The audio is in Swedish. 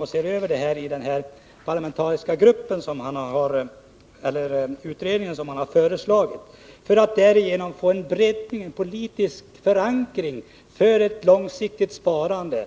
och ser över frågan i den parlamentariska grupp som har föreslagits för att därigenom få en bred politisk förankring för ett långsiktigt sparande.